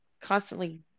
constantly